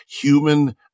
human